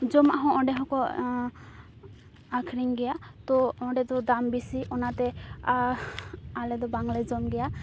ᱡᱚᱢᱟᱜ ᱦᱚᱸ ᱚᱸᱰᱮᱦᱚᱸ ᱠᱚ ᱟᱹᱠᱷᱨᱤᱧ ᱜᱮᱭᱟ ᱛᱚ ᱚᱸᱰᱮᱫᱚ ᱫᱟᱢ ᱵᱮᱥᱤ ᱚᱱᱟᱛᱮ ᱟᱞᱮᱫᱚ ᱵᱟᱝᱞᱮ ᱡᱚᱢ ᱜᱮᱭᱟ